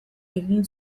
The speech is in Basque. egin